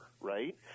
right